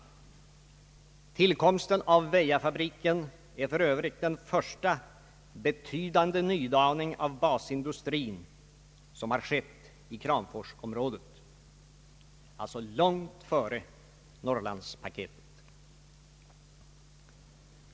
Tillkomsten av Väjafabriken är för övrigt den första betydande nydaning av basindustrin som har skett i Kramforsområdet, alltså långt före »norrlandspaketet».